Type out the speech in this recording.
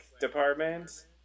Department